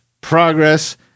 progress